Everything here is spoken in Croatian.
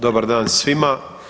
Dobar dan svima.